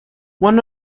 one